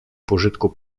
pożytku